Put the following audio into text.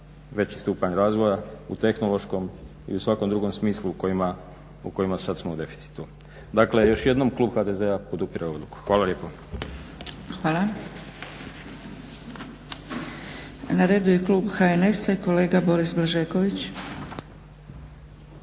veći stupanj razvoja u tehnološkom i u svakom drugom smislu u kojima sad smo u deficitu. Dakle, još jednom klub HDZ-a podupire odluku. Hvala lijepo. **Zgrebec, Dragica (SDP)** Hvala. Na redu je klub HNS-a i kolega Boris Blažeković.